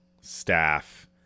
staff